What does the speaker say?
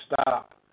stop